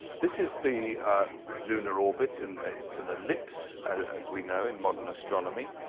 this is the lunar orbit. and it's an ellipse as we know in modern astronomy.